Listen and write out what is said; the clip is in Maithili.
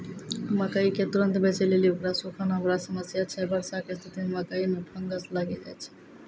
मकई के तुरन्त बेचे लेली उकरा सुखाना बड़ा समस्या छैय वर्षा के स्तिथि मे मकई मे फंगस लागि जाय छैय?